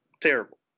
Terrible